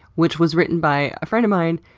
which was written by a friend of mine,